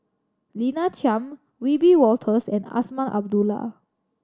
Lina Chiam Wiebe Wolters and Azman Abdullah